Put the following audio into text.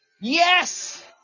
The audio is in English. Yes